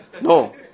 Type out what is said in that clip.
No